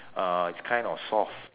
uh is kind of soft